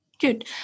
Good